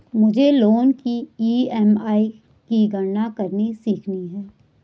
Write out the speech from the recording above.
मुझे लोन की ई.एम.आई की गणना करनी सीखनी है